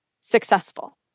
successful